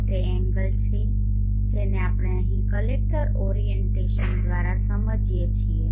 તો તે એંગલ છે જેને આપણે અહીં કલેક્ટર ઓરિએન્ટેશન દ્વારા સમજીએ છીએ